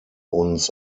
uns